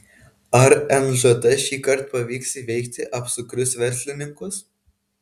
ar nžt šįkart pavyks įveikti apsukrius verslininkus